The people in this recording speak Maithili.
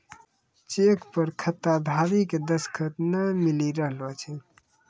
चेक पर खाताधारी के दसखत नाय मिली रहलो छै